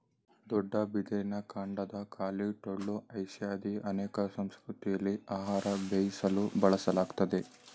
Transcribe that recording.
ದೊಡ್ಡ ಬಿದಿರಿನ ಕಾಂಡದ ಖಾಲಿ ಟೊಳ್ಳು ಏಷ್ಯಾದ ಅನೇಕ ಸಂಸ್ಕೃತಿಲಿ ಆಹಾರ ಬೇಯಿಸಲು ಬಳಸಲಾಗ್ತದೆ